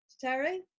Terry